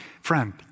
Friend